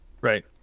Right